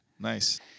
Nice